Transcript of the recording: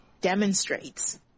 demonstrates